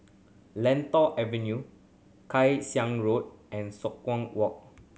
Lentor Avenue Kay Siang Road and Walk